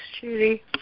Judy